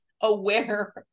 aware